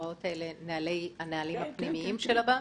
הנהלים הפנימיים של הבנק?